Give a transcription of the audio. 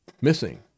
missing